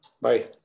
Bye